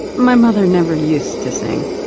my mother never used to sing.